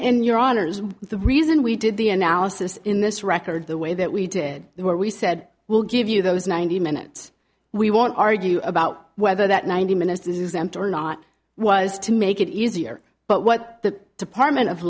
and your honors the reason we did the analysis in this record the way that we did there we said we'll give you those ninety minutes we won't argue about whether that ninety minutes is empty or not was to make it easier but what the department of